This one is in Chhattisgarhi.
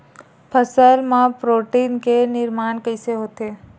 फसल मा प्रोटीन के निर्माण कइसे होथे?